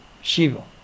Shiva